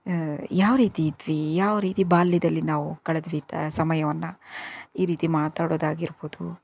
ಯಾವ ರೀತಿ ಇದ್ವಿ ಯಾವ ರೀತಿ ಬಾಲ್ಯದಲ್ಲಿ ನಾವು ಕಳೆದ್ವಿ ಸಮಯವನ್ನು ಈ ರೀತಿ ಮಾತಾಡೋದಾಗಿರ್ಬೋದು